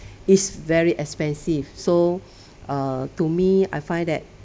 it's very expensive so err to me I find that